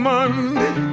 Monday